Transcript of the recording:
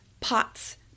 pots